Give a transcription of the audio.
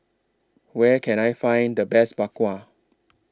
Where Can I Find The Best Bak Kwa